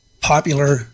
popular